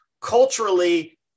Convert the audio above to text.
culturally